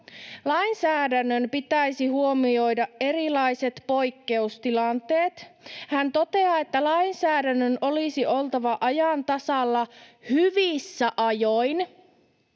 ”Lainsäädännön pitäisi huomioida erilaiset poikkeustilanteet.” Hän toteaa, että lainsäädännön olisi oltava ajan tasalla hyvissä ajoin.